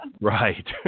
Right